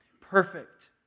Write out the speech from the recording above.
Perfect